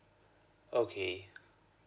okay